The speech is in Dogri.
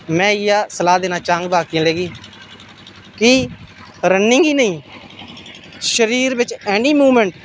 में इ'यै सलाह् देना चाङ बाकी आह्लें गी कि रनिंग ही नेईं शरीर बिच्च ऐनी मूवमेंट